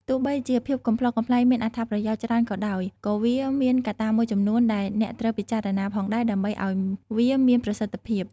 ទោះបីជាភាពកំប្លុកកំប្លែងមានអត្ថប្រយោជន៍ច្រើនក៏ដោយ ក៏វាមានកត្តាមួយចំនួនដែលអ្នកត្រូវពិចារណាផងដែរដើម្បីឱ្យវាមានប្រសិទ្ធភាព។